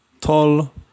tall